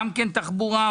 תחבורה.